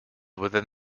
within